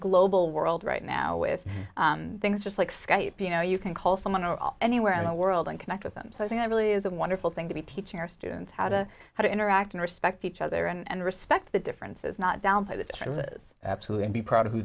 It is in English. global world right now with things just like skype you know you can call someone or anywhere in the world and connect with them so i think it really is a wonderful thing to be teaching our students how to how to interact and respect each other and respect the differences not downplay the differences absolutely and be proud of who